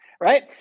right